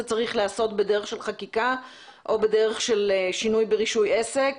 צריך להיעשות בדרך של חקיקה או בדרך של שינוי ברישוי עסק